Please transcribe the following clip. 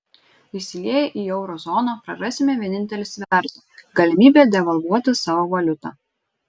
įsilieję į euro zoną prarasime vienintelį svertą galimybę devalvuoti savo valiutą